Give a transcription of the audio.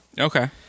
Okay